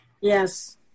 yes